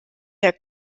der